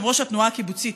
יושב-ראש התנועה הקיבוצית,